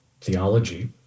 theology